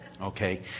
Okay